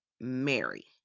Mary